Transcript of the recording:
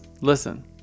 Listen